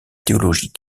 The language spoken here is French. théologie